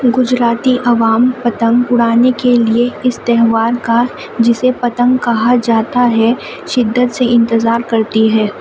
گجراتی عوام پتنگ اڑانے کے لیے اس تہوار کا جسے پتنگ کہا جاتا ہے شدت سے انتظار کرتی ہے